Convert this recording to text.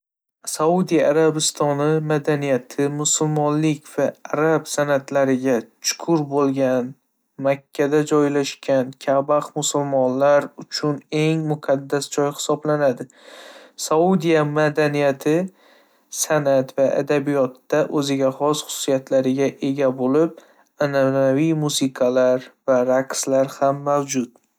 Saudiya Arabistoni madaniyati musulmonlik va arab an'analariga chuqur bog'langan. Makkada joylashgan Ka'bah, musulmonlar uchun eng muqaddas joy hisoblanadi. Saudiya madaniyati, san'at va adabiyotda o'ziga xos xususiyatlarga ega bo'lib, an'anaviy musiqalar va raqslar ham mavjud.